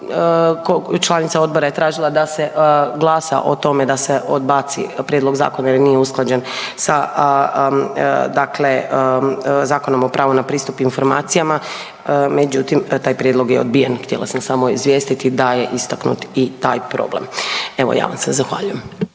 Članica odbora je tražila da se glasa o tome da se odbaci prijedlog zakona jer nije usklađen sa dakle Zakonom o pravu na pristup informacijama, međutim taj prijedlog je odbijen. Htjela sam samo izvijestiti da je istaknut i taj problem. Evo ja vam se zahvaljujem.